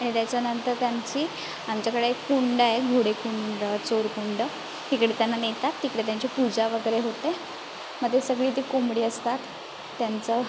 त्याच्यानंतर त्यांची आमच्याकडे एक कुंड आहे घोडेकुंड चोरकुंड तिकडे त्यांना नेतात तिकडे त्यांची पूजा वगरे होते मग ते सगळी ती कोंबडी असतात त्यांचं